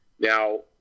Now